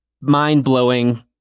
mind-blowing